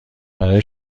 برای